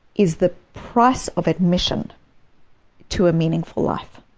is the price of admission to a meaningful life.